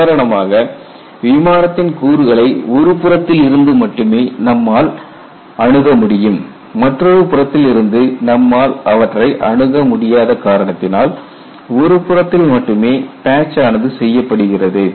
உதாரணமாக விமானத்தின் கூறுகளை ஒரு புறத்தில் இருந்து மட்டுமே நம்மால் அணுகமுடியும் மற்றொரு புறத்தில் இருந்து நம்மால் அவற்றை அணுக முடியாத காரணத்தினால் ஒருபுறத்தில் மட்டுமே பேட்ச் ஆனது செய்யப்படுகிறது